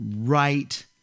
right